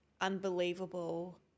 unbelievable